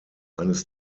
eines